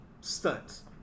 stunts